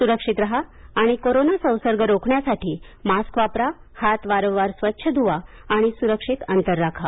सुरक्षित राहा आणि कोरोना संसर्ग रोखण्यासाठी मास्क वापरा हात वारवार स्वच्छ धुवा सुरक्षित अंतर ठेवा